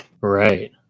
Right